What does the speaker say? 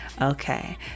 Okay